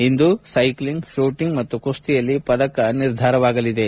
ಇಂದು cycling shooting ಮತ್ತು ಕುಸ್ತಿಯಲ್ಲಿ ಪದಕ ನಿರ್ಧಾರವಾಗಲಿವೆ